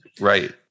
Right